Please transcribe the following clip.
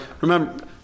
remember